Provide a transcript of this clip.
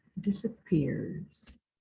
disappears